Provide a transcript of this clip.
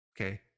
okay